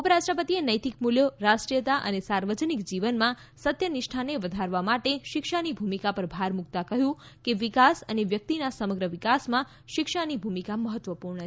ઉપરાષ્ટ્રપતિએ નૈતીક મૂલ્યો રાષ્ટ્રિયતા અને સાર્વજનીક જીવનમાં સત્યનિષ્ઠાને વધારવા માટે શિક્ષાની ભૂમીકા પર ભાર મૂકતા કહ્યું કે વિકાસ અને વ્યકિતના સમગ્ર વિકાસમાં શિક્ષાની ભૂમિકા મહત્વપૂર્ણ છે